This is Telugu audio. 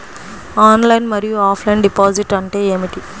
ఆన్లైన్ మరియు ఆఫ్లైన్ డిపాజిట్ అంటే ఏమిటి?